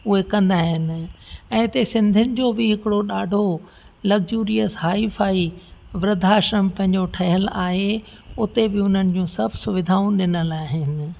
उहे कंदा आहिनि ऐं हिते सिंधियुनि जो बि हिकिड़ो ॾाढो लग्जूरियस हाईफाई वृधाश्रम पंहिंजो ठहियलु आहे उते बि उन्हनि जूं सभु सुविधाऊं ॾिनल आहिनि